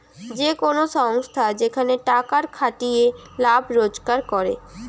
যে কোন সংস্থা যেখানে টাকার খাটিয়ে লাভ রোজগার করে